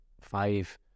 five